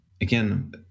again